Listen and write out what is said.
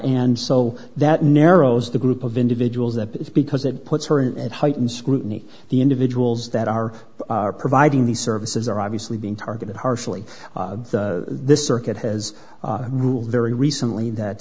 and so that narrows the group of individuals that is because it puts her at heightened scrutiny the individuals that are providing these services are obviously being targeted harshly this circuit has ruled very recently that